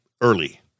early